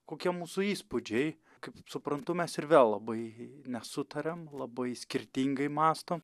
kokie mūsų įspūdžiai kaip suprantu mes ir vėl labai nesutariam labai skirtingai mąsto